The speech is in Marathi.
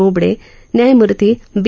बोबडप् न्यायमूर्ती बी